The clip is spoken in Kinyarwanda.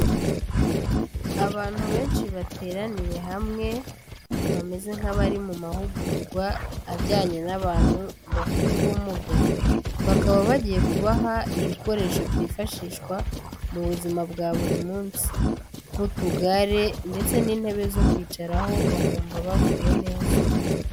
Abantu benshi bateraniye hamwe, bameze nk'abari mu mahugurwa ajyanye n'abantu bafite ubumuga, bakaba bagiye kubaha ibikoresho byifashishwa mu buzima bwa buri munsi n'utugare ndetse n'intebe zo kwicaraho bakumva baguwe neza.